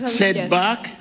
setback